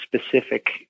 specific